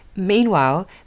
Meanwhile